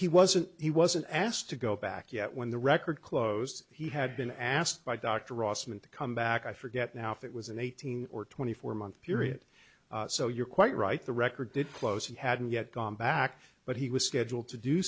he wasn't he wasn't asked to go back yet when the record closed he had been asked by dr austin to come back i forget now if it was an eighteen or twenty four month period so you're quite right the record did close he hadn't yet gone back but he was scheduled to do